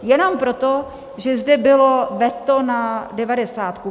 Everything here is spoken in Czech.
Jenom proto, že zde bylo veto na devadesátku.